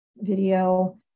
Video